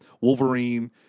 Wolverine